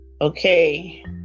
Okay